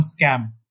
scam